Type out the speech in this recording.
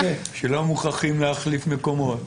שלא מוכרחים להחליף מקומות.